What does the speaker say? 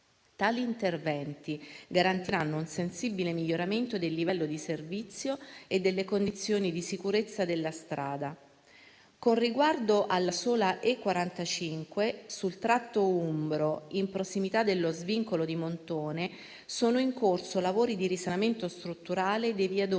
Tali interventi garantiranno un sensibile miglioramento del livello di servizio e delle condizioni di sicurezza della strada. Con riguardo alla sola E45, sul tratto umbro, in prossimità dello svincolo di Montone, sono in corso lavori di risanamento strutturale dei viadotti